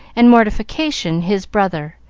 and mortification his brother,